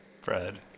Fred